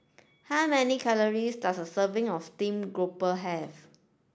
how many calories does a serving of steamed grouper have